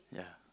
yeah